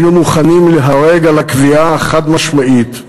היינו מוכנים להיהרג על הקביעה החד-משמעית,